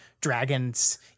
dragon's